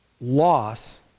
Loss